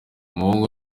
umuhungu